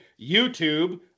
YouTube